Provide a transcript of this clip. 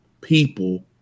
people